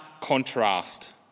contrast